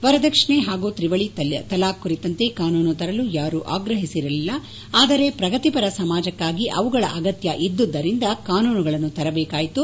ವರದಕ್ಷಿಣೆ ಮತ್ತು ತ್ರಿವಳಿ ತಲಾಖ್ ಕುರಿತಂತೆ ಕಾನೂನು ತರಲು ಯಾರೂ ಆಗ್ರಹಿಸಿರಲಿಲ್ಲ ಆದರೆ ಪ್ರಗತಿಪರ ಸಮಾಜಕ್ಕಾಗಿ ಅವುಗಳ ಅಗತ್ಯವಿದ್ದುದರಿಂದ ಕಾನೂನುಗಳನ್ನು ತರಬೇಕಾಯಿತು